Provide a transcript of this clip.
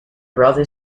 brother